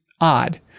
odd